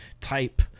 type